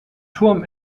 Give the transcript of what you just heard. turm